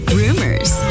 rumors